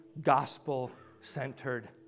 gospel-centered